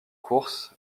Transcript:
courses